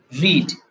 read